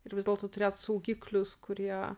ir vis dėlto turėt saugiklius kurie